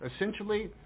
essentially